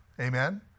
amen